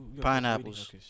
Pineapples